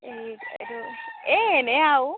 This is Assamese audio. এই এইটো এই এনেই আৰু